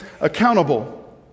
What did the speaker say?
accountable